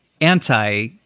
anti